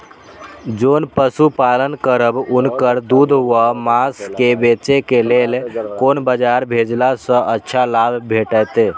जोन पशु पालन करब उनकर दूध व माँस के बेचे के लेल कोन बाजार भेजला सँ अच्छा लाभ भेटैत?